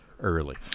early